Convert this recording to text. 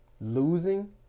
losing